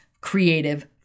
creative